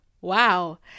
Wow